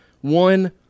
One